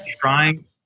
trying